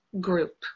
group